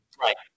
Right